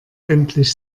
endlich